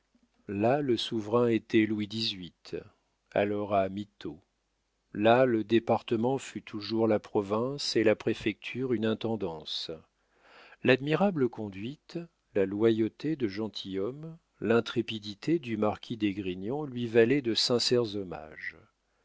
là le souverain était louis xviii alors à mittau là le département fut toujours la province et la préfecture une intendance l'admirable conduite la loyauté de gentilhomme l'intrépidité du marquis d'esgrignon lui valaient de sincères hommages